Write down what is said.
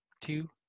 two